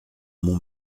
mon